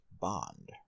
Bond